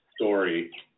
story